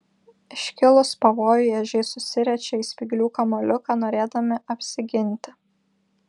iškilus pavojui ežiai susiriečia į spyglių kamuoliuką norėdami apsiginti